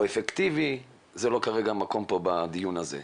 או אפקטיבי זה לא לדיון הזה.